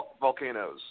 Volcanoes